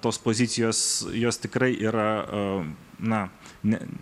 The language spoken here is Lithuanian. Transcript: tos pozicijos jos tikrai yra na ne